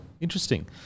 interesting